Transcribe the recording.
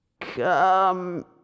Come